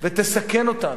ותסכן אותנו,